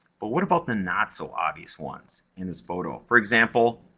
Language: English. but, what about the not so obvious ones in this photo? for example,